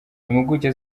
impuguke